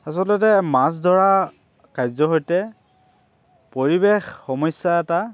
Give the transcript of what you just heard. আচলতে মাছ ধৰা কাৰ্যৰ সৈতে পৰিৱেশ সমস্যা এটা